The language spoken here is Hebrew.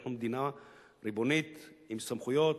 אנחנו מדינה ריבונית עם סמכויות,